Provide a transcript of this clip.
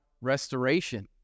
restoration